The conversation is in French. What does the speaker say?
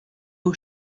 aux